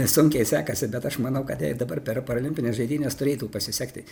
sunkiai sekasi bet aš manau kad jai ir dabar per parolimpines žaidynes turėtų pasisekti